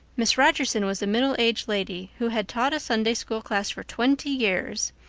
miss rogerson was a middle-aged lady who had taught a sunday-school class for twenty years.